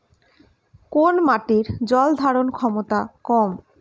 কোন মাটির জল ধারণ ক্ষমতা কম?